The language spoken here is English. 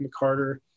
McCarter